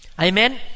Amen